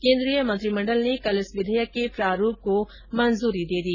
केंद्रीय मंत्रिमंडल ने कल इस विधेयक के प्रारूप को मंजूरी दे दी